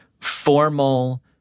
formal